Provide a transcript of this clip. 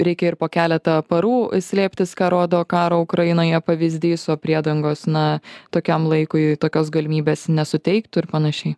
reikia ir po keleta parų slėptis ką rodo karo ukrainoje pavyzdys o priedangos na tokiam laikui tokios galimybės nesuteiktų ir panašiai